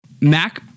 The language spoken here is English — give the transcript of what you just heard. Mac